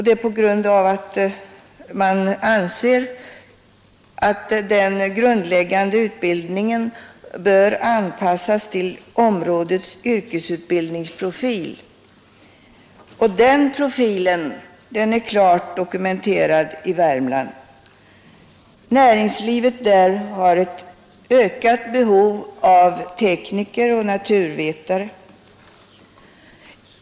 Detta sker därför att man anser att den grundläggande utbildningen bör anpassas till ett områdes yrkesutbildningsprofil och denna är klart dokumenterad i Värmland. Näringslivet där har ett ökat behov av tekniker och naturvetate.